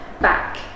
back